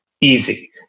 easy